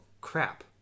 crap